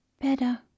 Better